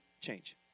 change